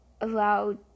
allowed